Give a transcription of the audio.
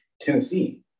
Tennessee